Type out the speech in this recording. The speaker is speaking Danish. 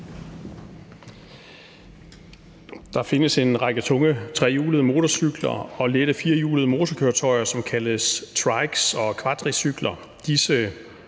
Der findes en række tunge trehjulede motorcykler og lette firehjulede motorkøretøjer, som kaldes trikes og quadricykler.